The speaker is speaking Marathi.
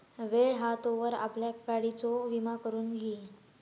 वेळ हा तोवर आपल्या गाडियेचो विमा करून घी